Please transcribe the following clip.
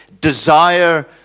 desire